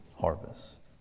harvest